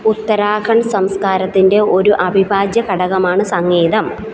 ഉത്തരാഖണ്ഡ് സംസ്കാരത്തിന്റെ ഒരു അവിഭാജ്യഘടകമാണ് സംഗീതം